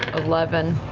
eleven.